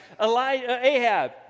Ahab